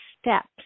steps